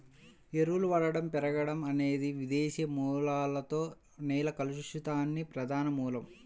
ఎరువుల వాడకం పెరగడం అనేది విదేశీ మూలకాలతో నేల కలుషితానికి ప్రధాన మూలం